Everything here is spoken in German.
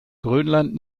grönland